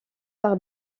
par